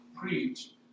preach